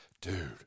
dude